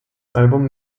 album